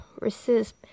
Resist